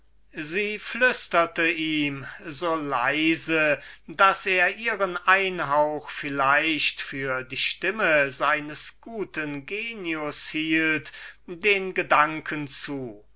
sie flüsterte ihm so leise daß er ihren einhauch vielleicht für die stimme seines genius oder der tugend selbsten hielt den gedanken zu